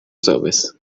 service